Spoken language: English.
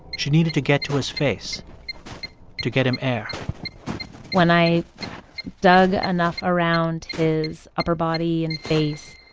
she needed to get to his face to get him air when i dug enough around his upper body and face,